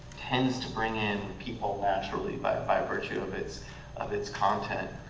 tends to bring in people naturally by by virtue of its of its content.